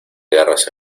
guerras